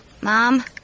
Mom